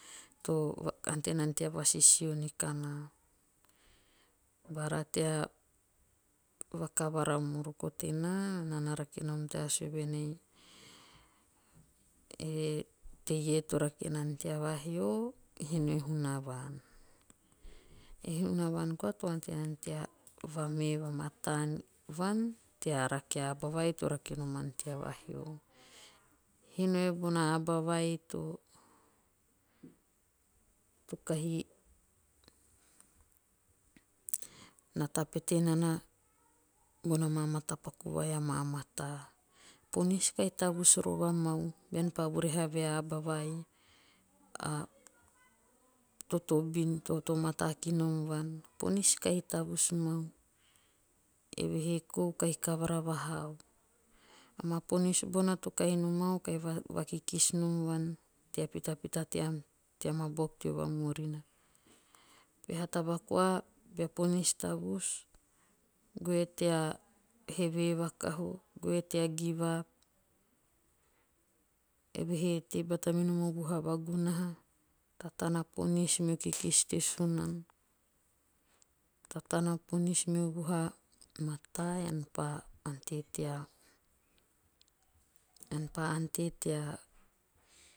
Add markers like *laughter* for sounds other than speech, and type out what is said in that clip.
To ante nana tea vasisio nikanaa. Bara tea vakavara o moroko tenaa. naa a rake nom tea sue voen ei. e teie to rake nana tea vahio. hino e hunavan. E hunavan koa to ante nana tea vamee vamataa vuan tea raka a aba vai to rake noman tea vahio. Hinae bonaaba vai to kahi nata pete nana bona maa matapaku vai amaa mataa. Ponis kahi tavus rova mau bean pa vurahe vue a aba vai a totobin. te mataa kinom vuan. Ponis kahi tavus rova mau eve he kahi kavara vahau. Amaa ponis bona to kahi momau kahi vakikis nom vuan tea pitapita tean *unintelligible* team a buaku teo vamurina. Peha taba koa bea ponis tavus. goe tea,'give up'eve he tei bata minom o vuha vagunana. tatana a ponis mio kikis te sunano. tatana ponis mio vuha mataa ean pa ante tea,